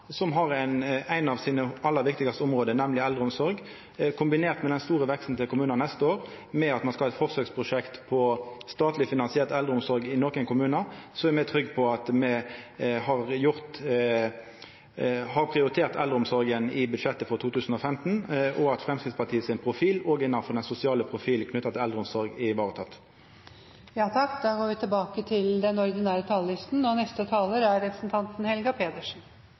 som har eldreomsorg som eit av sine aller viktigaste område. Med den store veksten til kommunane neste år kombinert med at ein skal ha eit forsøksprosjekt med statleg finansiert eldreomsorg i nokre kommunar, er me trygge på at me har prioritert eldreomsorga i budsjettet for 2015, og at Framstegspartiet sin profil òg innanfor den sosiale profilen knytt til eldreomsorg er